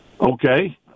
okay